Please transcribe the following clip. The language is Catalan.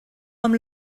amb